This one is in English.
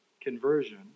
conversion